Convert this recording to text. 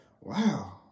wow